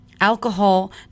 Alcohol